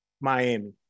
Miami